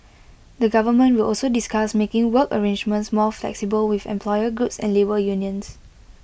the government will also discuss making work arrangements more flexible with employer groups and labour unions